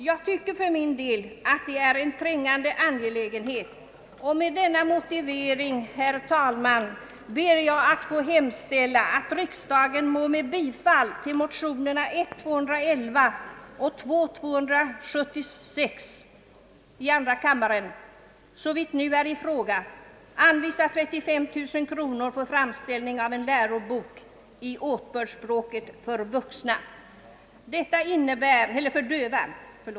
Jag tycker för min del att detta är en trängande angelägenhet att erforderliga medel ställes till förfogande. Med denna motivering, herr talman, ber jag få hemställa att riksdagen må med bifall till motionerna I:211 och II: 276 såvitt nu är i fråga anvisa 35 000 kronor för framställning av en lärobok i åtbördsspråket för döva.